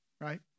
right